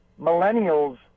millennials